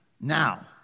Now